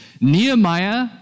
Nehemiah